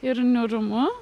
ir niūrumu